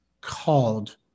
called